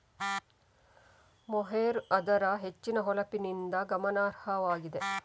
mohair ಅದರ ಹೆಚ್ಚಿನ ಹೊಳಪಿನಿಂದ ಗಮನಾರ್ಹವಾಗಿದೆ